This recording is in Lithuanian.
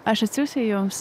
aš atsiųsiu jums